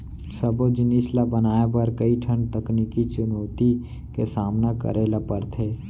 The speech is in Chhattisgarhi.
सबो जिनिस ल बनाए बर कइ ठन तकनीकी चुनउती के सामना करे ल परथे